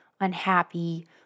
unhappy